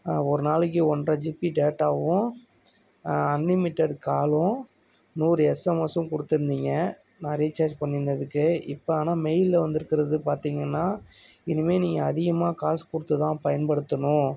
ஒரு நாளைக்கு ஒன்ரை ஜிபி டேட்டாவும் அன்லிமிடெட் காலும் நூறு எஸ்எம்எஸ்ஸும் கொடுத்துருந்தீங்க நான் ரீசார்ஜ் பண்ணினதுக்கு இப்போ ஆனால் மெயிலில் வந்துருக்கிறது பார்த்தீங்கன்னா இனிமேல் நீங்கள் அதிகமாக காசு கொடுத்து தான் பயன்படுத்தணும்